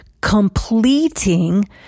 completing